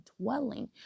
dwelling